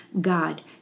God